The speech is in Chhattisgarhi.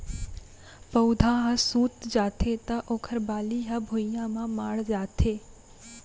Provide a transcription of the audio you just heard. पउधा ह सूत जाथे त ओखर बाली ह भुइंया म माढ़ जाथे